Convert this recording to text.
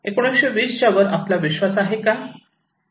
1920 च्या वर आपला विश्वास आहे का